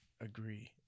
agree